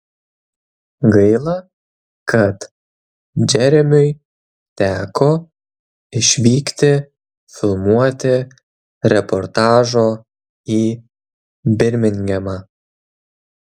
gaila kad džeremiui teko išvykti filmuoti reportažo į birmingemą